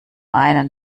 einen